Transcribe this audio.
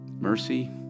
Mercy